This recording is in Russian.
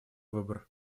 выбор